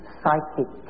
psychic